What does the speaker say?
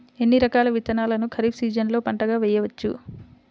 ఎన్ని రకాల విత్తనాలను ఖరీఫ్ సీజన్లో పంటగా వేయచ్చు?